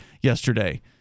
yesterday